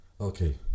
Okay